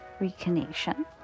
reconnection